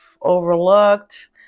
overlooked